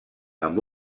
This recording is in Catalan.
amb